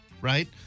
right